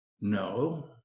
No